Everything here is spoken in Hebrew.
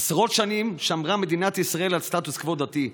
עשרות שנים שמרה מדינת ישראל על סטטוס קוו דתי,